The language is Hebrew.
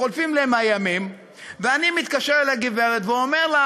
חולפים להם הימים ואני מתקשר לגברת ואומר לה: